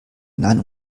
hinein